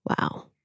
Wow